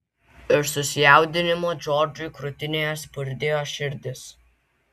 iš susijaudinimo džordžui krūtinėje spurdėjo širdis